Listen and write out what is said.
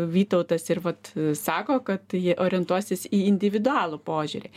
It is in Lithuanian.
vytautas ir vat sako kad tai jie orientuosis į individualų požiūrį